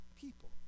people